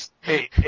Hey